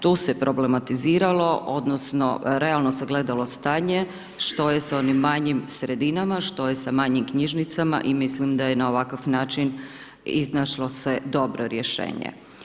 Tu se problematiziralo odnosno realno se gledalo stanje, što je s onim manjim sredinama, što je sa manjim knjižnicama i mislim da je na ovakav način iznašlo se dobro rješenje.